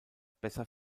besser